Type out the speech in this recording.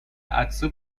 عطسه